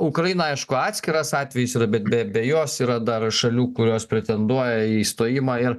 ukraina aišku atskiras atvejis yra bet be be jos yra dar šalių kurios pretenduoja į stojimą ir